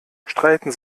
streiten